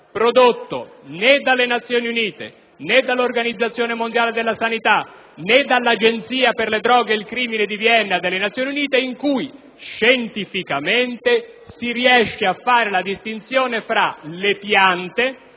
prodotto dalle Nazioni Unite, dall'Organizzazione mondiale della sanità, o dall'Agenzia per le droghe e il crimine di Vienna, in cui scientificamente si riesca a fare la distinzione fra le piante